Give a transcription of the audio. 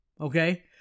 Okay